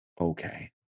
okay